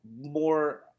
more